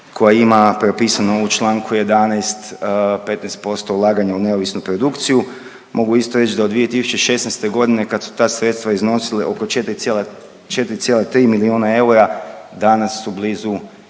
koja ima propisano u čl. 11 15% ulaganja u neovisnu produkciju, mogu isto reć da od 2016. godine kad su ta sredstva iznosila oko 4,3 milijuna eura, danas su blizu